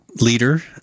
leader